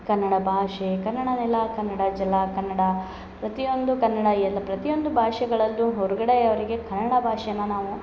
ಕನ್ನಡ ಭಾಷೆ ಕನ್ನಡ ನೆಲ ಕನ್ನಡ ಜಲ ಕನ್ನಡ ಪ್ರತಿಯೊಂದು ಕನ್ನಡ ಎಲ್ಲ ಪ್ರತಿಯೊಂದು ಭಾಷೆಗಳಲ್ಲು ಹೊರಗಡೆ ಅವರಿಗೆ ಕನ್ನಡ ಭಾಷೆನ ನಾವು